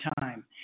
time